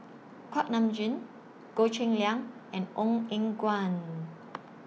Kuak Nam Jin Goh Cheng Liang and Ong Eng Guan